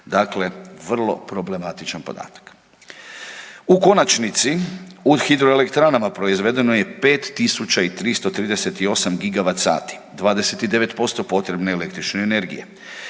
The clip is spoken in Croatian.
Dakle, vrlo problematičan podatak. U konačnici u hidroelektranama proizvedeno je 5.338 gigavat sati, 29% potrebne električne energije.